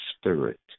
Spirit